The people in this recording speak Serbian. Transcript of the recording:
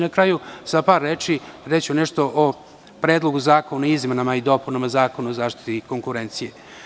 Na kraju, sa par reči reći ću nešto o Predlogu zakona o izmenama i dopunama Zakona o zaštiti konkurencije.